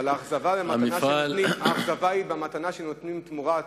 אבל האכזבה היא המתנה שנותנים בתמורה.